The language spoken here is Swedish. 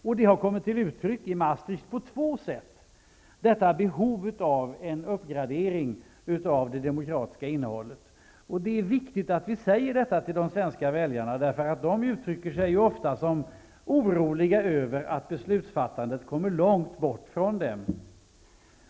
Behovet av en uppgradering av det demokratiska innehållet har i Maastricht kommit till uttryck på två sätt, vilket är viktigt att vi säger till de svenska väljarna som ofta uttrycker sin oro över att beslutsfattande kommer långt bort från dem.